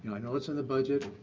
i know it's in the budget,